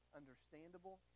understandable